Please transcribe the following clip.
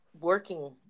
working